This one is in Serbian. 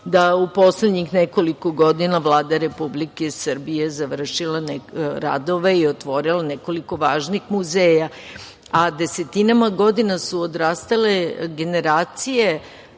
da u poslednjih nekoliko godina Vlada Republike Srbije završila radove i otvorila nekoliko važnih muzeja, a desetinama godina su odrastale generacije